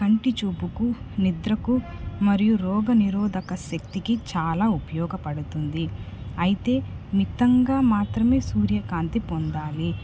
కంటి చూపుకు నిద్రకు మరియు రోగ నిరోధక శక్తికి చాలా ఉపయోగపడుతుంది అయితే మితంగా మాత్రమే సూర్యకాంతి పొందాలి